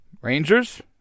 Rangers